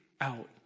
out